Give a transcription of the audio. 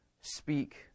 speak